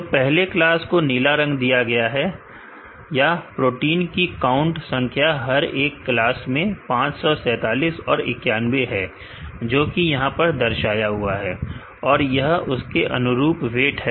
तो पहले क्लास को नीला रंग दिया गया है या प्रोटीन की काउंट संख्या हर एक क्लास में 547 और 91 है जो कि यहां पर दर्शाया हुआ है और यह उसके अनुरूप वेट है